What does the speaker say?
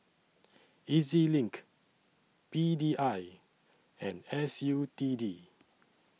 E Z LINK P D I and S U T D